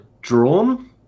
drawn